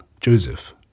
Joseph